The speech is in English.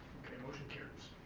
okay, motion carries.